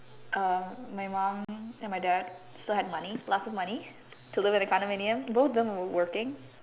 uh my mum and my dad still had money lots of money to do with the condominium both of them were working